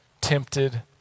tempted